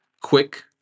quick